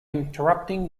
interrupting